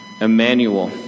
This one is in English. Emmanuel